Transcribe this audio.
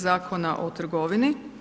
Zakona o trgovini.